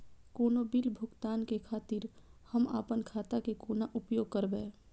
कोनो बील भुगतान के खातिर हम आपन खाता के कोना उपयोग करबै?